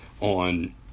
on